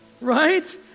right